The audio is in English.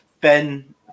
Ben